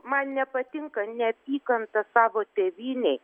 man nepatinka neapykantą savo tėvynei